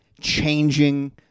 changing –